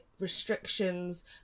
restrictions